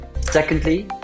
Secondly